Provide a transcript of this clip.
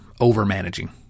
overmanaging